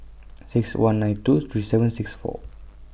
six one nine two three seven six four